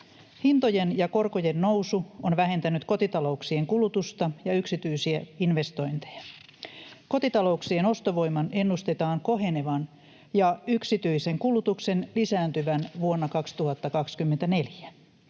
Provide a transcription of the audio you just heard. Hintojen ja korkojen nousu on vähentänyt kotitalouksien kulutusta ja yksityisiä investointeja. Kotitalouksien ostovoiman ennustetaan kohenevan ja yksityisen kulutuksen lisääntyvän vuonna 2024.